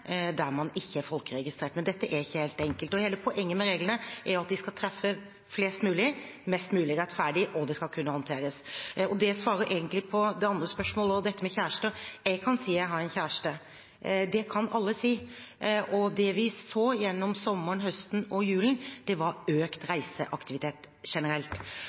man ikke er folkeregistrert. Men dette er ikke helt enkelt. Hele poenget med reglene er at de skal treffe flest mulig mest mulig rettferdig, og det skal kunne håndteres. Det svarer egentlig på det andre spørsmålet også, om kjærester. Jeg kan si at jeg har en kjæreste, det kan alle si. Det vi så gjennom sommeren, høsten og julen, var økt reiseaktivitet generelt.